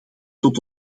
tot